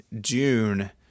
June